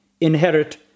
inherit